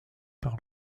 par